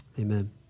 Amen